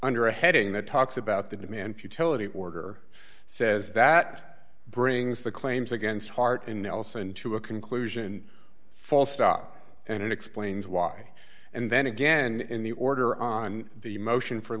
under a heading that talks about the demand futility order says that brings the claims against heart in nelson to a conclusion false stop and it explains why and then again in the order on the motion for